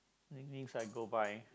nicknames I go by